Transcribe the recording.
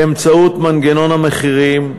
באמצעות מנגנון המחירים,